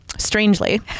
Strangely